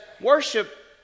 worship